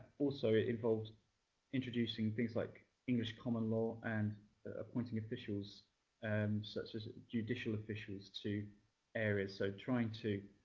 also, it involved introducing things like english common law and appointing officials um such as judicial officials to areas. so trying to,